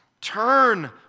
turn